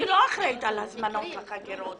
אני לא אחראית על הזמנות לחקירות.